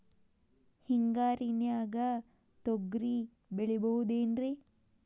ಹಿಂಗಾರಿನ್ಯಾಗ ತೊಗ್ರಿ ಬೆಳಿಬೊದೇನ್ರೇ?